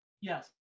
Yes